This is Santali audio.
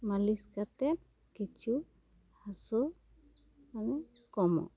ᱢᱟᱹᱞᱤᱥ ᱠᱟᱛᱮ ᱠᱤᱪᱷᱩ ᱦᱟᱹᱥᱩ ᱚᱱᱮ ᱠᱚᱢᱚᱜᱼᱟ